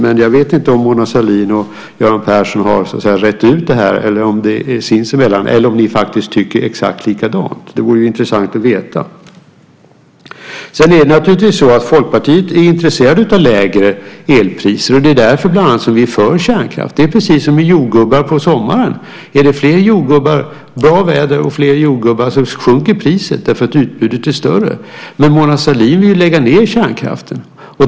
Men jag vet inte om Mona Sahlin och Göran Persson har så att säga rett ut detta sinsemellan, eller om ni faktiskt tycker exakt likadant. Det vore intressant att veta. Folkpartiet är naturligtvis intresserat av lägre elpriser. Det är bland annat därför som vi är för kärnkraft. Det är precis som med jordgubbar på sommaren, det vill säga att om det är bra väder och fler jordgubbar så sjunker priset därför att utbudet är större. Men Mona Sahlin vill lägga ned kärnkraften.